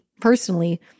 personally